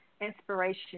Inspiration